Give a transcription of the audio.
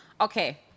Okay